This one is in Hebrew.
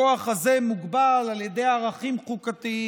הכוח הזה מוגבל על ידי ערכים חוקתיים,